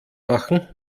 machen